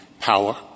power